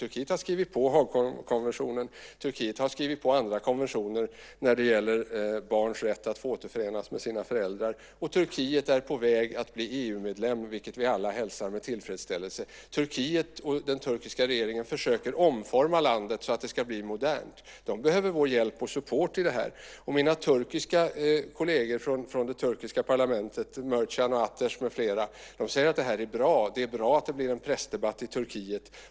Turkiet har skrivit på Haagkonventionen och andra konventioner när det gäller barns rätt att få återförenas med sina föräldrar, och Turkiet är på väg att bli EU-medlem, vilket vi alla hälsar med tillfredsställelse. Turkiet och den turkiska regeringen försöker omforma landet så att det ska bli modernt. Turkiet behöver vår hjälp och vår support. Mina kolleger från det turkiska parlamentet säger att det är bra att det blir en pressdebatt i Turkiet.